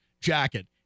jacket